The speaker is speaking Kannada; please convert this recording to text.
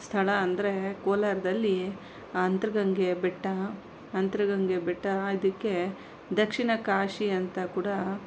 ಸ್ಥಳ ಅಂದರೆ ಕೋಲಾರದಲ್ಲಿ ಅಂತರಗಂಗೆ ಬೆಟ್ಟ ಅಂತರಗಂಗೆ ಬೆಟ್ಟ ಇದಕ್ಕೆ ದಕ್ಷಿಣ ಕಾಶಿ ಅಂತ ಕೂಡ